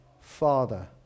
father